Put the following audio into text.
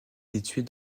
située